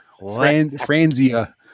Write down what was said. Franzia